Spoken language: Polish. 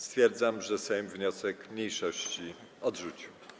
Stwierdzam, że Sejm wniosek mniejszości odrzucił.